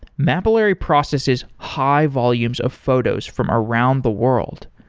mapillary processes high volumes of photos from around the world.